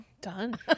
Done